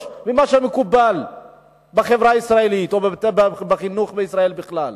ממה שמקובל בחברה הישראלית או בחינוך בישראל בכלל?